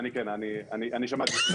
לא